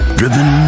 driven